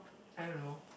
I don't know